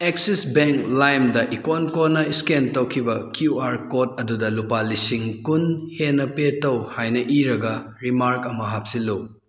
axis Bank ꯂꯥꯏꯝꯗ ꯏꯀꯣꯟ ꯀꯣꯟꯅ ꯏꯁꯀꯦꯟ ꯇꯧꯈꯤꯕ ꯀ꯭ꯌꯨ ꯑꯥꯔ ꯀꯣꯗ ꯑꯗꯨꯗ ꯂꯨꯄꯥ ꯂꯤꯁꯤꯡ ꯀꯨꯟ ꯍꯦꯟꯅ ꯄꯦ ꯇꯧ ꯍꯥꯏꯅ ꯏꯔꯒ ꯔꯤꯃꯥꯛ ꯑꯃ ꯍꯥꯞꯆꯤꯜꯂꯨ